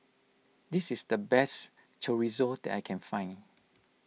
this is the best Chorizo that I can find